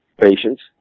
patients